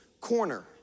corner